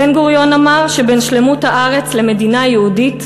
בן-גוריון אמר שבין שלמות הארץ למדינה יהודית,